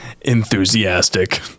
Enthusiastic